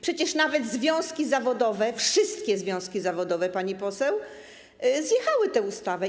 Przecież nawet związki zawodowe, wszystkie związki zawodowe, pani poseł, zjechały tę ustawę.